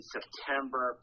September